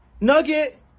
nugget